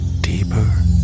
deeper